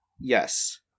Yes